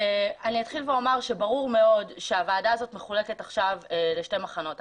אני אתחיל ואומר שברור מאוד שהוועדה הזו מחולקת עכשיו לשני מכנות.